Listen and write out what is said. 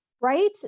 right